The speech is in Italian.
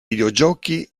videogiochi